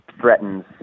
threatens